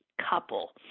couple